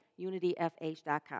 unityfh.com